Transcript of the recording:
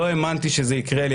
לא האמנתי שזה יקרה לי,